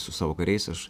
su savo kariais aš